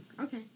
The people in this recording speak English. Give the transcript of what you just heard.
okay